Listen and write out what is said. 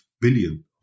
billion